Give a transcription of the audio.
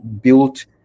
built